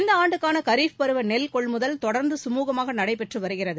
இந்த ஆண்டுக்கான கரீப் பருவ நெல் கொள்முதல் தொடர்ந்து சுமூகமாக நடைபெற்று வருகிறது